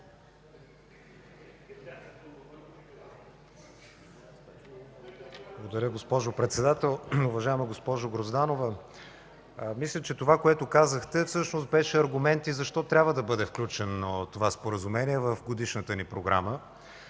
Благодаря, госпожо Председател. Уважаема госпожо Грозданова, мисля, че това, което казахте, всъщност беше аргумент и защо трябва да бъде включено Споразумението в Годишната ни програма.